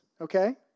okay